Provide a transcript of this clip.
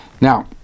Now